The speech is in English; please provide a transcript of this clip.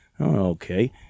Okay